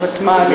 ותמ"לים.